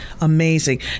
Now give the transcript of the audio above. amazing